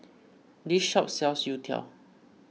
this shop sells Youtiao